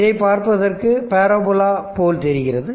இதைப் பார்ப்பதற்கு பேராபோலா போல் தெரிகிறது